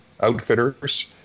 outfitters